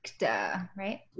right